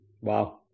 Wow